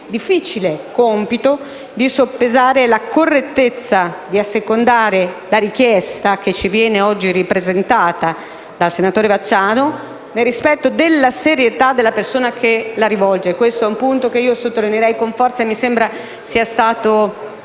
difficile compito di soppesare, da una parte, la correttezza di assecondare la richiesta che ci viene oggi ripresentata dal senatore Vacciano, nel rispetto della serietà della persona che la rivolge (e questo è un punto che sottolineerei con forza e che mi sembra sia stato